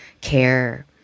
care